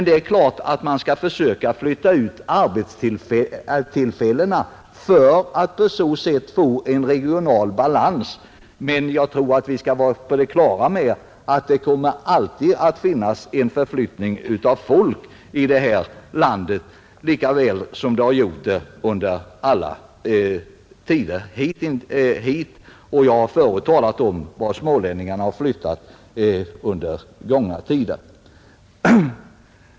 Det är klart att man bör försöka flytta ut arbetstillfällena för att på så sätt få en regional balans. Vi bör emellertid vara på det klara med att det alltid kommer att förekomma en förflyttning av folk i det här landet, på samma sätt som under alla tider hittills; jag har talat om vart smålänningarna har flyttat under gångna tider.